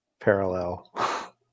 parallel